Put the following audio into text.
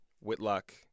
Whitlock